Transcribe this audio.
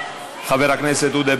מס' 2756. חבר הכנסת עודה,